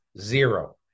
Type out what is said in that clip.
Zero